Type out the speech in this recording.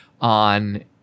on